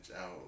out